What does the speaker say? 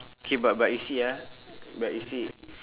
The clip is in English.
K but but you see ah but you see